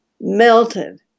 melted